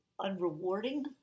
unrewarding